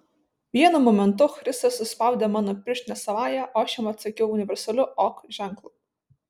vienu momentu chrisas suspaudė mano pirštinę savąja o aš jam atsakiau universaliu ok ženklu